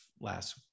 last